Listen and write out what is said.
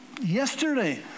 yesterday